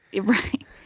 right